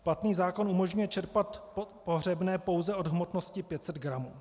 Platný zákon umožňuje čerpat pohřebné pouze od hmotnosti 500 gramů.